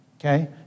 Okay